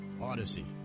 odyssey